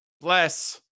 bless